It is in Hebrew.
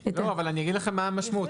אני אגיד לכם מה המשמעות.